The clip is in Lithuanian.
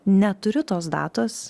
neturiu tos datos